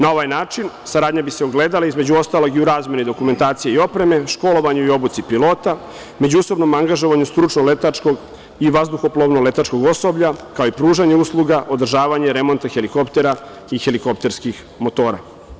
Na ovaj način saradnja bi se ogledala između ostalog i u razmeni dokumentacije i opreme, školovanju i obuci pilota, međusobnom angažovanju stručno-letačkog i vahduhoplovno-letačkog osoblja kao i pružanje usluga održavanja i remonta helikoptera i helikopterskih motora.